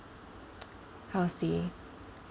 how to say